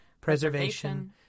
preservation